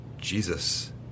Jesus